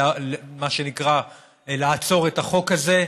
מה שנקרא לעצור את החוק הזה,